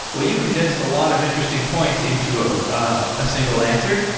well, you condensed a lot of interesting points into ah ah a single answer.